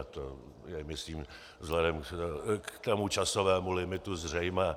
To je, myslím, vzhledem k tomu časovému limitu zřejmé.